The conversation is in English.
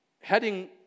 heading